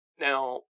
Now